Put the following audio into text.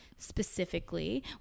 specifically